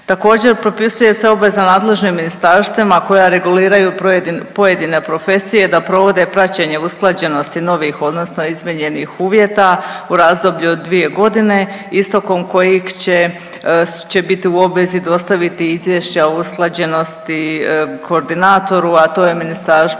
Također propisuje se obveza nadležnim ministarstvima koja reguliraju pojedine profesije da provode praćenje i usklađenosti novih odnosno izmijenjenih uvjeta u razdoblju od 2.g. istekom kojeg će, će biti u obvezi dostaviti izvješća o usklađenosti koordinatoru, a to je Ministarstvo